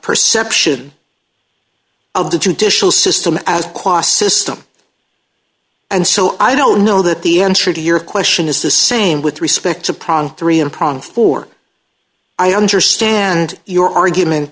perception of the judicial system as qua system and so i don't know that the answer to your question is the same with respect to pronk three and prong four i understand your argument